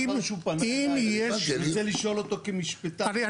אני רוצה לשאול אותו כמשפטן,